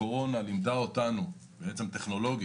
הקורונה לימדה אותנו טכנולוגית